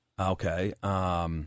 okay